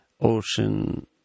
ocean